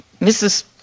mrs